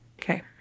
okay